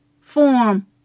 form